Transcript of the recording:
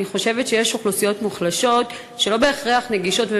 אני חושבת שיש אוכלוסיות מוחלשות שלא בהכרח נגישות או